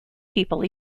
people